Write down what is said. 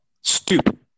Stupid